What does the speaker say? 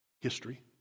history